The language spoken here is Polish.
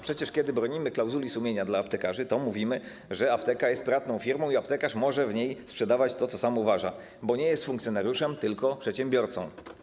Przecież kiedy bronimy klauzuli sumienia aptekarzy, to mówimy, że apteka jest prywatną firmą i aptekarz może w niej sprzedawać to, co sam uważa, bo nie jest funkcjonariuszem, tylko przedsiębiorcą.